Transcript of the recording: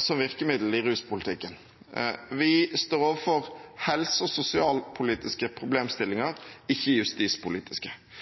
som virkemiddel i ruspolitikken. Vi står overfor helse- og sosialpolitiske problemstillinger, ikke justispolitiske.